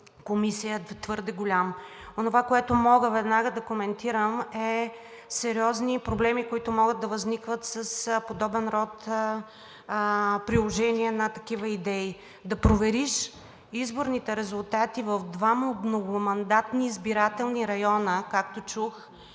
комисия е твърде голям. Онова, което мога веднага да коментирам, са сериозните проблеми, които могат да възникват с подобен род приложения на такива идеи. Да провериш изборните резултати в два многомандатни избирателни района, както чух